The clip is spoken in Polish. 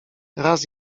raz